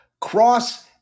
Cross